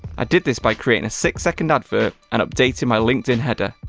i did this by creating a six second advert and updating my linkedin header.